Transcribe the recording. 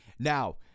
Now